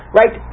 right